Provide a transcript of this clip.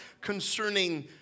concerning